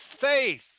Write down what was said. faith